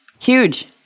huge